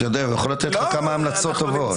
הוא יכול לתת לך כמה המלצות טובות.